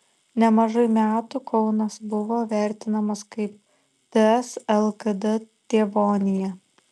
nemažai metų kaunas buvo vertinamas kaip ts lkd tėvonija